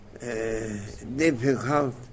difficult